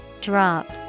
Drop